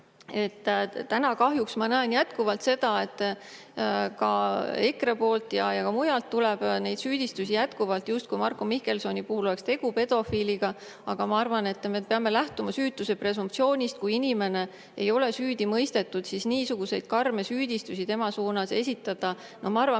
Täna kahjuks ma näen jätkuvalt seda, et EKRE poolt ja ka mujalt tuleb neid süüdistusi, justkui Marko Mihkelsoni puhul oleks tegu pedofiiliga. Aga ma arvan, et me peame lähtuma süütuse presumptsioonist. Kui inimene ei ole süüdi mõistetud, siis niisuguseid karme süüdistusi tema suunas esitada [ei tohiks]. Ma arvan,